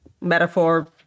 metaphor